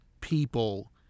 people